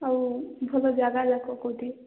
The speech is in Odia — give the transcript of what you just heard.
ଆଉ ଭଲ ଜାଗା ଯାକ କେଉଁଠି